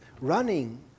running